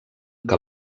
que